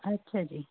ਅੱਛਾ ਜੀ